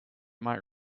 might